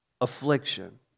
affliction